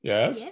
Yes